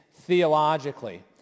theologically